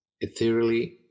ethereally